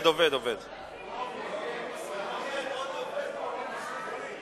את הצעת חוק לתיקון פקודת התעבורה (הגבלת תשלום בעד חנייה במוסד רפואי),